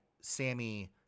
Sammy